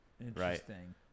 Interesting